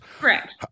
Correct